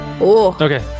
Okay